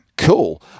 Cool